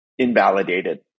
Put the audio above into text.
Invalidated